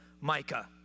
Micah